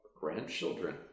grandchildren